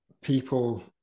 people